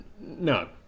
No